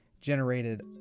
generated